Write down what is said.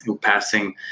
passing